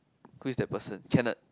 who is that person kenneth